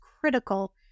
critical